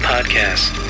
podcast